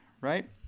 right